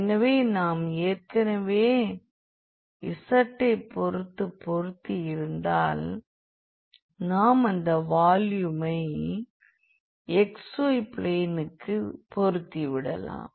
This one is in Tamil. எனவே நாம் ஏற்கெனவே zஐ பொருத்து பொருத்தியிருந்தால் நாம் அந்த வால்யூமை xy பிளேனுக்கு பொருத்திவிடலாம்